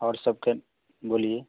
और सब के बोलिए